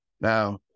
Now